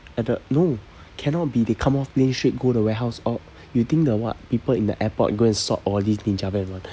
at the no cannot be they come off plane straight go the warehouse or you think the what people in the airport go and sort all these ninja van [one] ah